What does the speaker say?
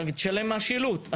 תשלם על השילוט.